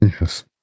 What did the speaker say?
Yes